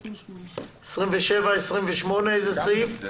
28, איזה סעיף?